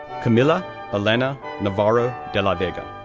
camila elena navarro-delavega,